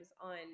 on